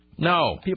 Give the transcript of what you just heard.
No